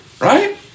Right